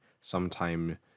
sometime